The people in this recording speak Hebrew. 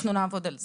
אנחנו נעבוד על זה.